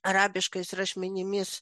arabiškais rašmenimis